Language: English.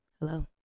Hello